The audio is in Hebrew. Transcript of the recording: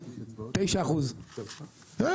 9%. כן,